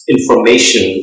Information